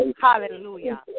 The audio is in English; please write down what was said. Hallelujah